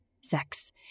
sex